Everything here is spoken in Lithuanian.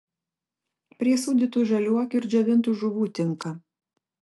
prie sūdytų žaliuokių ir džiovintų žuvų tinka